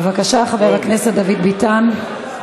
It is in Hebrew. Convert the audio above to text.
בבקשה, חבר הכנסת דוד ביטן.